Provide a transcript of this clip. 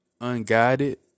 unguided